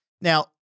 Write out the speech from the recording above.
Now